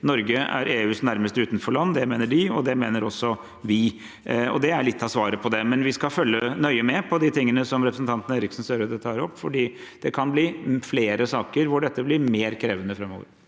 Norge er EUs nærmeste utenforland – det mener de, og det mener også vi. Det er litt av svaret på det, men vi skal følge nøye med på de tingene som representanten Eriksen Søreide tar opp, for det kan bli flere saker hvor dette blir mer krevende framover.